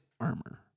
armor